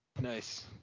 Nice